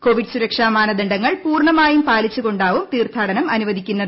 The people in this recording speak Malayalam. കോവിഡ് സുരക്ഷാ മാനദണ്ഡങ്ങൾ പൂർണ്ണമായും പാലിച്ചു കൊണ്ടാവും തീർത്ഥാടനം അനുവദിക്കുന്നത്